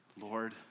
Lord